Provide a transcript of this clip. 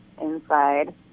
inside